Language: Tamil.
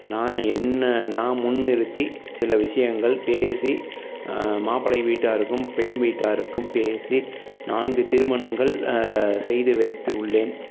நான் என்னை நான் முன்னிறுத்தி சில விஷயங்கள் பேசி மாப்பிள்ளை வீட்டாருக்கும் பெண் வீட்டாருக்கும் பேசி நான்கு திருமணங்கள் செய்து வைத்து உள்ளேன்